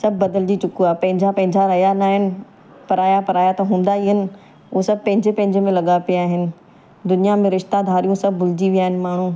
सभु बदिलजी चुको आहे पंहिंजा पंहिंजा रहिया ना आहिनि पराया पराया त हूंदा ई इन हू सभु पंहिंजे पंहिंजे में लॻा पिया आहिनि दुनिया में रिश्ताधारियूं सभु भुलिजी विया आहिनि माण्हू